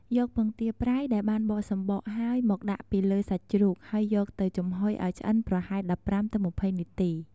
យកពងទាប្រៃដែលបានបកសំបកហើយ មកដាក់ពីលើសាច់ជ្រូក ហើយយកទៅចំហុយឱ្យឆ្អិនប្រហែល ១៥ ទៅ ២០ នាទី។